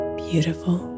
beautiful